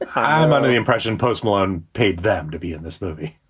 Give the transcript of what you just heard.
ah i'm under the impression postmen paid them to be in this movie